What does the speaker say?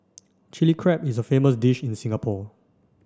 Chilli Crab is a famous dish in Singapore